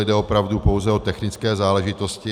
Jde opravdu pouze o technické záležitosti.